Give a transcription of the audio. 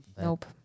nope